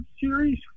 series